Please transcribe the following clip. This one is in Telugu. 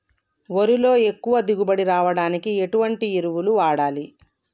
వరిలో ఎక్కువ దిగుబడి రావడానికి ఎటువంటి ఎరువులు వాడాలి?